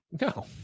no